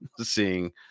seeing